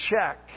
check